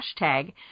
hashtag